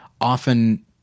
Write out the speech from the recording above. often